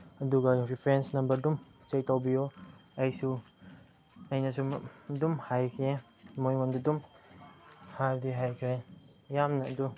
ꯑꯗꯨꯒ reference number ꯑꯗꯨꯝ check ꯇꯧꯕꯤꯌꯣ ꯑꯩꯁꯨ ꯑꯩꯅꯁꯨ ꯑꯗꯨꯝ ꯍꯥꯏꯒꯦ ꯃꯣꯏꯉꯣꯟꯗ ꯑꯗꯨꯝ ꯍꯥꯏꯕꯗꯤ ꯍꯥꯏꯈ꯭ꯔꯦ ꯌꯥꯝꯅ ꯑꯗꯨ